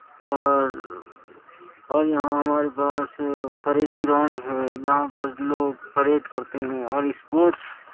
اور اور یہاں ہمارے پاس پریڈ گراؤنڈ ہے جہاں پر لوگ پریڈ کرتے ہیں اور اسپوٹس